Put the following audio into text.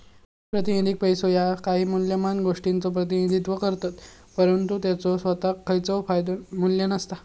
प्रातिनिधिक पैसो ह्या काही मौल्यवान गोष्टीचो प्रतिनिधित्व करतत, परंतु त्याचो सोताक खयचाव मू्ल्य नसता